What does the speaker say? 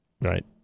Right